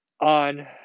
on